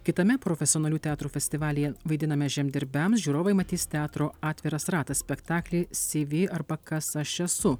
kitame profesionalių teatrų festivalyje vaidiname žemdirbiams žiūrovai matys teatro atviras ratas spektaklį si vi arba kas aš esu